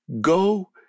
go